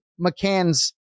McCann's